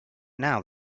now